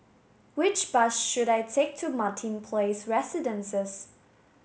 which bus should I take to Martin Place Residences